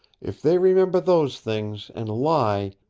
if they remember those things, and lie,